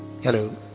hello